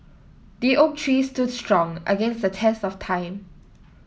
the oak tree stood strong against the test of time